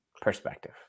perspective